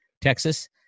Texas